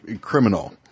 Criminal